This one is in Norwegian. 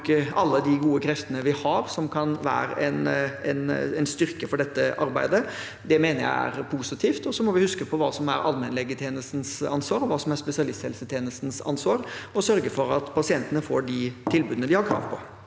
alle de gode kreftene vi har, som kan være en styrke for dette arbeidet, mener jeg er positivt. Så må vi huske på hva som er allmennlegetjenestens ansvar, og hva som er spesialisthelsetjenestens ansvar, og sørge for at pasientene får de tilbudene de har krav på.